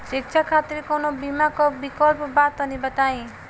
शिक्षा खातिर कौनो बीमा क विक्लप बा तनि बताई?